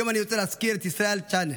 היום אני רוצה להזכיר את ישראל צ'אנה,